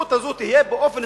הסמכות הזאת תהיה באופן